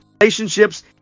relationships